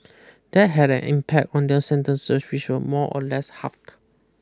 that had an impact on their sentences which were more or less halved